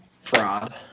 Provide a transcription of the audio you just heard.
Fraud